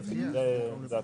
זה הכול.